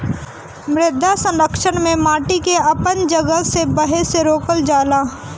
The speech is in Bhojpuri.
मृदा संरक्षण में माटी के अपन जगह से बहे से रोकल जाला